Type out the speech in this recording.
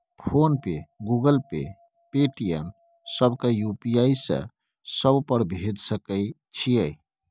Phone पे, Google Pay, Paytm, सब के UPI से सब पर भेज सके छीयै?